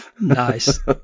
Nice